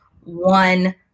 one